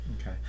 okay